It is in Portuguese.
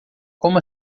como